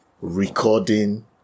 recording